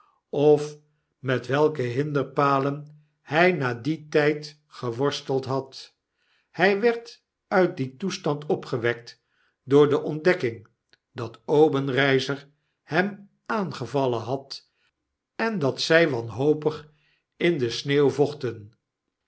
of met welkehinderpalen hij na dien tyd geworsteld had hij werd uit dien toestand opgewekt door deontdekking dat obenreizer hem aangevallen had en dat zy wanhopig in de sneeuw vochten